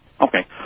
Okay